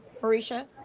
Marisha